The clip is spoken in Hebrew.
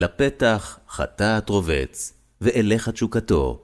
לפתח חטאת רובץ ואליך תשוקתו.